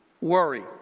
worry